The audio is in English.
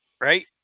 right